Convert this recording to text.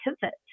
pivot